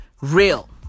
Real